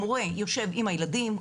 המורה יושב עם הילדים,